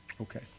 okay